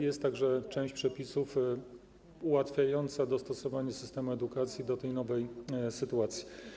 Jest także część przepisów ułatwiająca dostosowanie systemu edukacji do tej nowej sytuacji.